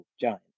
giant